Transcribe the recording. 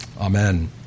amen